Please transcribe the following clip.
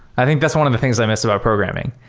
i think that's one of the things i miss about programming.